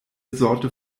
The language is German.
sorte